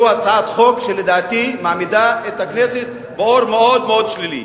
זאת הצעת חוק שלדעתי מעמידה את הכנסת באור מאוד מאוד שלילי,